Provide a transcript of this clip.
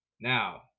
Now